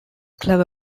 clever